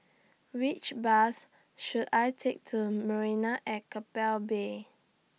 Which Bus should I Take to Marina At Keppel Bay